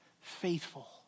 faithful